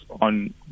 on